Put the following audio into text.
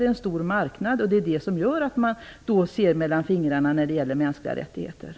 Det är en stor marknad. Det gör att man ser mellan fingrarna när det gäller de mänskliga rättigheterna.